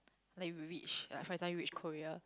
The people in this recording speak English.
then will reach like for example reach Korea